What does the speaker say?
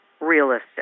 realistic